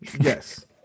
Yes